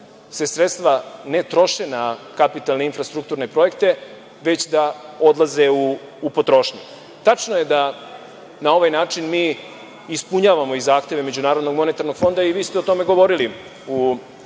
se sredstva ne troše na kapitalna infrastrukturne projekte već da odlaze u potrošnju. Tačno je da na ovaj način mi ispunjavamo i zahteve MMF i vi ste o tome govorili u